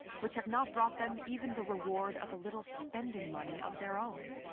which have not brought them even the reward of a little spending money of their own.